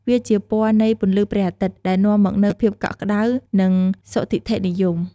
វាជាពណ៌នៃពន្លឺព្រះអាទិត្យ ដែលនាំមកនូវភាពកក់ក្តៅ និងសុទិដ្ឋិនិយម។